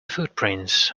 footprints